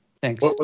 Thanks